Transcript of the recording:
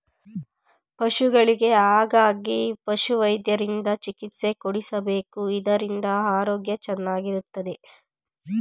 ಪಶುಗಳಿಗೆ ಹಾಗಾಗಿ ಪಶುವೈದ್ಯರಿಂದ ಚಿಕಿತ್ಸೆ ಕೊಡಿಸಬೇಕು ಇದರಿಂದ ಆರೋಗ್ಯ ಚೆನ್ನಾಗಿರುತ್ತದೆ